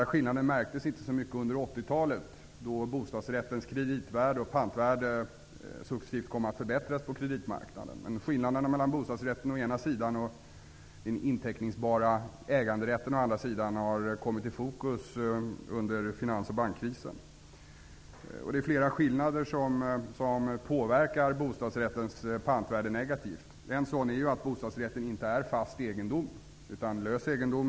Den skillnaden märktes inte så mycket under 80-talet, då bostadsrättens kreditvärde och pantvärde successivt förbättrades på kreditmarknaden. Men skillnaden mellan bostadsrätten å ena sidan och den inteckningsbara äganderätten å andra sidan har kommit i fokus under finans och bankkrisen. Det är flera skillnader som påverkar bostadsrättens pantvärde negativt. En sådan är att bostadsrätten inte är fast utan lös egendom.